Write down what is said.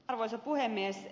arvoisa puhemies